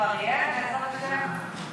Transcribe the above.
כבר יהיה, כן.